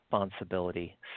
responsibility